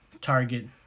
Target